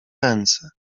ręce